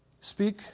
Speak